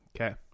Okay